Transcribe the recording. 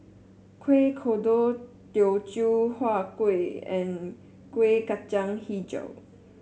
Kuih Kodok Teochew Huat Kuih and Kuih Kacang hijau